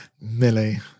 Millie